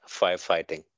firefighting